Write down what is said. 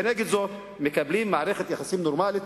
כנגד זאת מקבלים מערכת יחסים נורמלית,